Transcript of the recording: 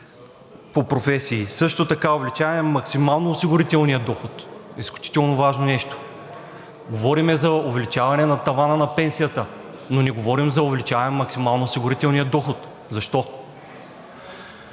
по професии, също така увеличаване на максималния осигурителен доход – изключително важно нещо. Говорим за увеличаване на тавана на пенсията, но не говорим за увеличаване на максималния осигурителен доход. Защо?